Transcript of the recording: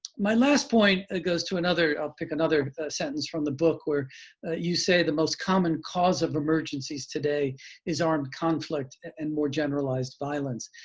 my last point ah goes to another, i'll pick another sentence from the book, where you say the most common cause of emergencies today is armed conflict and more generalized violence.